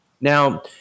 Now